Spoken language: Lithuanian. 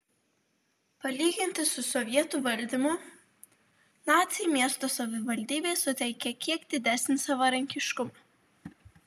palyginti su sovietų valdymu naciai miesto savivaldybei suteikė kiek didesnį savarankiškumą